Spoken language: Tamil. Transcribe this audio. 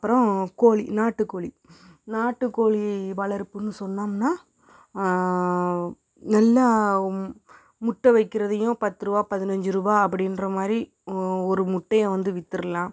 அப்பறம் கோழி நாட்டு கோழி நாட்டு கோழி வளர்ப்புன்னு சொன்னோம்னால் நல்லா முட்டை வைக்கிறதையும் பத்துரூபா பதினஞ்சிரூபா அப்படின்றமாரி ஒரு முட்டையை வந்து வித்துறலாம்